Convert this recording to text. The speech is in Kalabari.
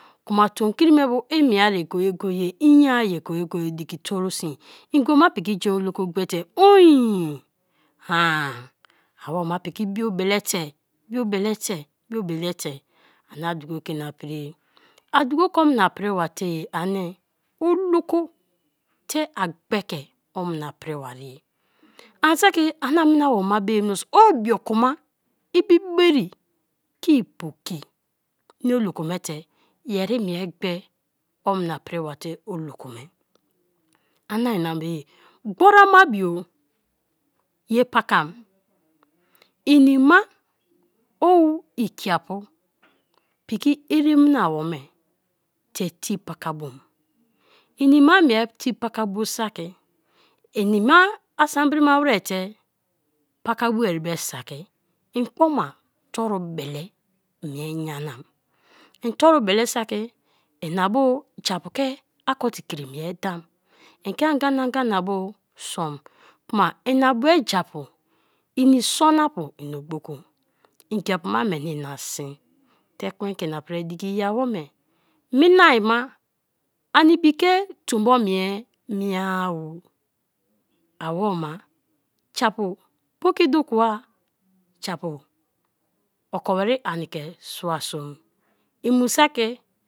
Kuma tom krime buimieye go-go-ye inye-ya go-go-ye diki torusin. Ngi oma piki jenoloko gbete on haaa, a woma piki biobele te, bio belete, bie belete ani duko kenia priye a duko ke omna priba te je anie oloko te a gbee ke omna pribari ye ani saki ani a minawoma be mioso o bioku ma ibi bere ke-i poki mie oloko me te yeri mie gbee omna pribą te olo ko me, anie ani be ye, gbori ama bio ye bakan inima o ikiapu piki eremna wome te tei pakabo, ini ma mie ter pa kabo saki inimą asambrinma wer 'te paka boa be saki m kpoma tora bele imie nyanam, i torubele saki, inabu japuke har couti kri mie dam, eri ke anga na gana bu sam kma ina buere japu ini sono-apu ina gboku ngiapu na meni ina sin te ekwen ke ina prit diki iya wome minat ma ina ibikez tombo mie miea-o, awoma japu poki dukoai, japu okon weri ani ke soa som. I mu saki.